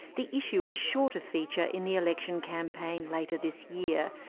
the issue is sure to feature in the election campaign later this year.